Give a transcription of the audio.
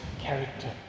character